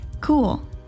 Cool